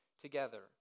together